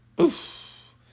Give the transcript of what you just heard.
Oof